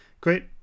great